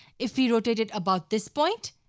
if we rotate it about this point,